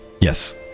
Yes